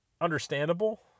understandable